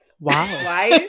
Wow